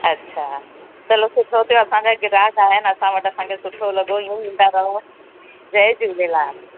अछा चलो सुठो थियो असां खे ग्राहक आया आहिनि असां वटि असां खे सुठो लॻो इअं ई ईंदा रहो जय झूलेलाल